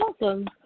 awesome